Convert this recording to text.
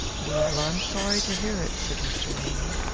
well, i'm sorry to hear it, said mr. ramy.